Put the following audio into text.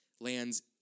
lands